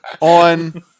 on